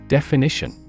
Definition